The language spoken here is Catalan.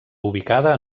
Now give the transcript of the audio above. ubicada